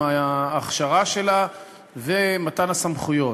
עם ההכשרה שלה והסמכויות.